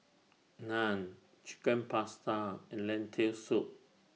Naan Chicken Pasta and Lentil Soup